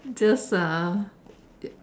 just uh